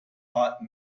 taught